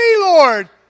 Lord